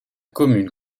commune